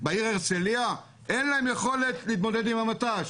בעיר הרצליה אין להם יכולת להתמודד עם המט"ש,